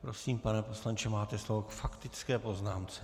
Prosím, pane poslanče, máte slovo k faktické poznámce.